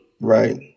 right